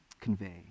convey